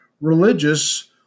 religious